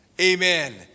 Amen